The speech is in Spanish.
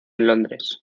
londres